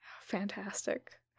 fantastic